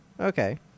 Okay